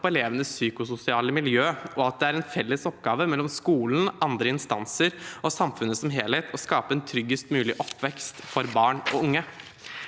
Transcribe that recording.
på elevenes psykososiale miljø, og at det er en felles oppgave mellom skolen, andre instanser og samfunnet som helhet å skape en tryggest mulig oppvekst for barn og unge.